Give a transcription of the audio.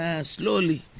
Slowly